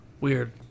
Weird